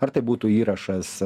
ar tai būtų įrašas